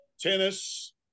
tennis